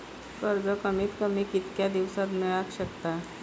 कर्ज कमीत कमी कितक्या दिवसात मेलक शकता?